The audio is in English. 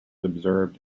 observed